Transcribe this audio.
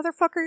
motherfucker